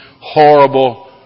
horrible